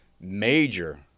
major